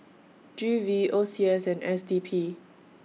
G V O C S and S D P